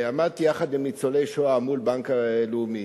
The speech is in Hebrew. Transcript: עמדתי יחד עם ניצולי שואה מול בנק לאומי